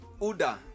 Uda